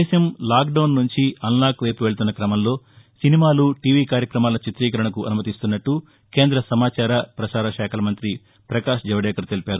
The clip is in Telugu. దేశం లాక్డౌన్ నుంచి అన్ లాక్ వైపు వెళ్తున్న కమంలో సినిమాలు టీవీ కార్యక్రమాల చిత్రీకరణకు అనుమతిస్తున్నట్టు కేంద సమాచార ప్రసార శాఖల మంతి ప్రకాష్ జవడేకర్ తెలిపారు